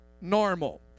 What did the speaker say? normal